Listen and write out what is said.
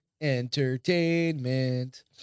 Entertainment